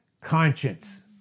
Conscience